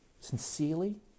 sincerely